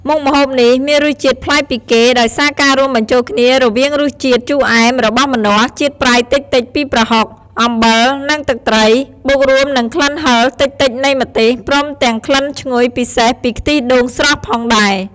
មុខម្ហូបនេះមានរសជាតិប្លែកពីគេ ដោយសារការរួមបញ្ចូលគ្នារវាងរសជាតិជូរអែមរបស់ម្នាស់ ជាតិប្រៃតិចៗពីប្រហុក អំបិល និងទឹកត្រី បូករួមនឹងក្លិនហឹរតិចៗនៃម្ទេស ព្រមទាំងក្លិនឈ្ងុយពិសេសពីខ្ទិះដូងស្រស់ផងដែរ។